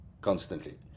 constantly